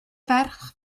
ferch